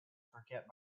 forget